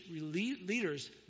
leaders